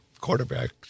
quarterbacks